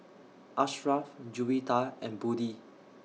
Ashraff Juwita and Budi